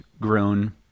grown